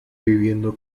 viviendo